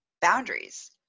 boundaries